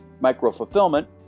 micro-fulfillment